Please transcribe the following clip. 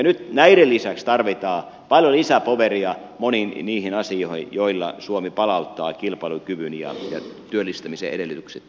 nyt näiden lisäksi tarvitaan paljon lisää poweria moniin niihin asioihin joilla suomi palauttaa kilpailukyvyn ja työllistämisen edellytykset täällä